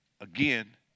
again